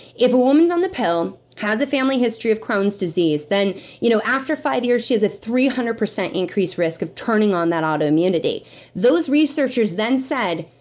if a woman's on the pill, has a family history of crone's disease then you know after after five years, she has a three hundred percent increased risk of turning on that auto immunity those researchers then said,